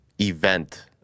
event